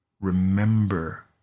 Remember